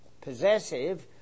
possessive